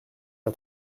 l’a